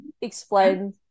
explain